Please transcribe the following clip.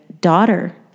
daughter